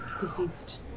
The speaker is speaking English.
deceased